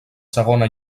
segona